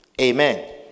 amen